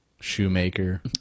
Shoemaker